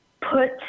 put